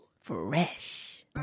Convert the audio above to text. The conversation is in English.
Fresh